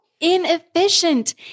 inefficient